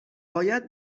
باید